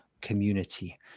community